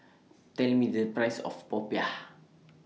Tell Me The Price of Popiah